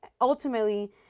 Ultimately